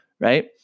right